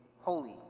holy